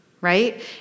right